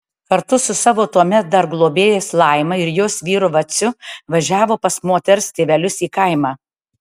kartu su savo tuomet dar globėjais laima ir jos vyru vaciu važiavo pas moters tėvelius į kaimą